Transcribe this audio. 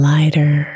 Lighter